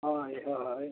ᱦᱳᱭ ᱦᱳᱭ